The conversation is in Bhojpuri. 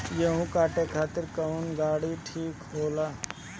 गेहूं काटे खातिर कौन गाड़ी ठीक होला?